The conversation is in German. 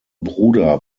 bruder